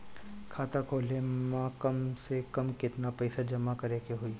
खाता खोले में कम से कम केतना पइसा जमा करे के होई?